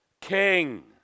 king